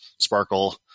sparkle